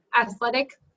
athletic